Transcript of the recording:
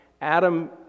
Adam